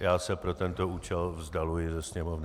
Já se pro tento účel vzdaluji ze sněmovny.